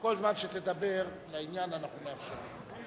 כל זמן שתדבר לעניין, אנחנו נאפשר לך.